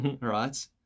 right